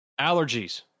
Allergies